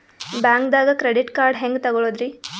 ಬ್ಯಾಂಕ್ದಾಗ credit card ಹೆಂಗ್ ತಗೊಳದ್ರಿ?